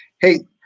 Hey